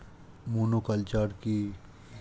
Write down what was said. Monoculture কি?